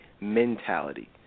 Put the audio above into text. mentality